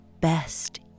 best